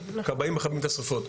כבאים מכבים את השריפות.